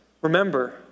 remember